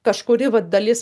kažkuri va dalis